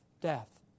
death